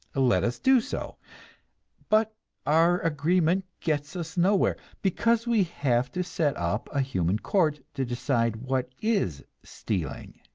let us do so but our agreement gets us nowhere, because we have to set up a human court to decide what is stealing.